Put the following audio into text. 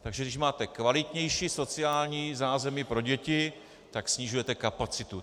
Takže když máte kvalitnější sociální zázemí pro děti, tak snižujete kapacitu.